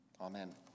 Amen